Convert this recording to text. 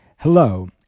Hello